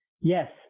yes